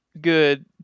good